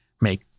make